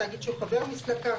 תאגיד שהוא חבר מסלקה,